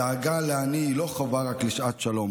הדאגה לעני היא לא חובה רק לשעת שלום,